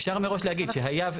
אפשר מראש להגיד שהיה,